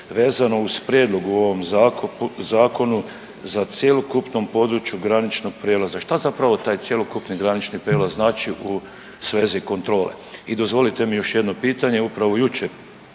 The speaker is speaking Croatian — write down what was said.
vezano uz prijedlog u ovom zakonu za cjelokupnom području graničnog prijelaza. Šta zapravo taj cjelokupni granični prijelaz znači u svezi kontrole? I dozvolite mi još jedno pitanje. Upravo jučer